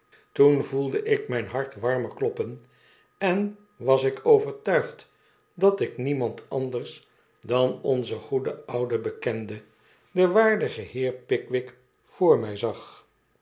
toen voelde ik mijn hart warmer kloppen en was ik overtuigd dat ik niemand anders dan onzen goeden ouden bekende den waardigen heer pickwick voor mij zag